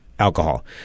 Alcohol